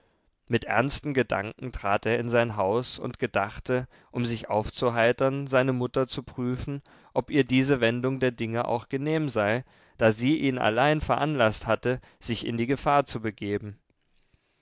mit ernsten gedanken trat er in sein haus und gedachte um sich aufzuheitern seine mutter zu prüfen ob ihr diese wendung der dinge auch genehm sei da sie ihn allein veranlaßt hatte sich in die gefahr zu begeben